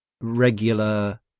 regular